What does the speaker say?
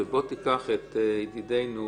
ובוא תיקח את ידידינו,